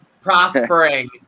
prospering